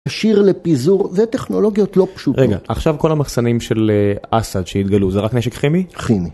שיר לפיזור וטכנולוגיות לא פשוטות. רגע, עכשיו כל המחסנים של אסד שהתגלו זה רק נשק כימי? כימי.